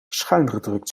schuingedrukt